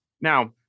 Now